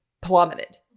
plummeted